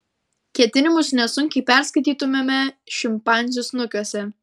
ketinimus nesunkiai perskaitytumėme šimpanzių snukiuose